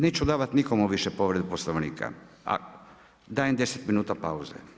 Neću davati nikom više povredu Poslovnika, a dajem deset minuta pauze.